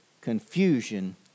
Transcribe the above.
confusion